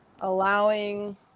allowing